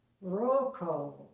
Rocco